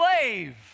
slave